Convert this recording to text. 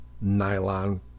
nylon